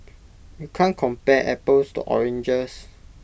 you can't compare apples to oranges